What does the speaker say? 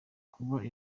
kuba